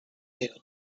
two